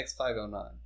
x509